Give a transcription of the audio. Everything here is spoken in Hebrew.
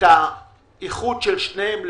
את האיחוד של שניהם,